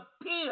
appear